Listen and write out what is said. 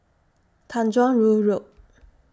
Tanjong Rhu Road